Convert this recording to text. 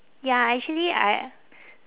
ya actually I